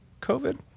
COVID